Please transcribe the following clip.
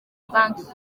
banki